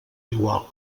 igual